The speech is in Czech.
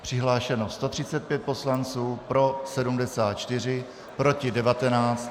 Přihlášeno 135 poslanců, pro 74, proti 19.